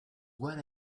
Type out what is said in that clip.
what